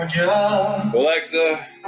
Alexa